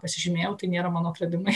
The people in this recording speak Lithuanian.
pasižymėjau tai nėra mano atradimai